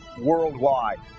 worldwide